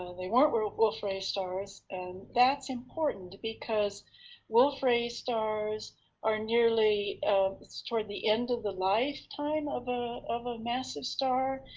they weren't weren't wolf-rayet stars, and that's important because wolf-rayet stars are nearly toward the end of the lifetime of ah of a massive star.